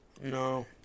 No